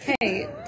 Hey